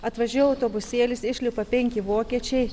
atvažiuoja autobusėlis išlipa penki vokiečiai